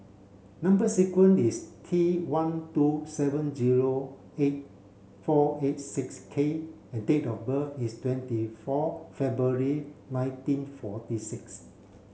number sequence is T one two seven zero eight four eight six K and date of birth is twenty four February nineteen forty six